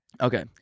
Okay